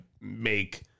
make